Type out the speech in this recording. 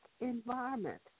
environment